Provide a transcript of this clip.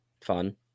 fun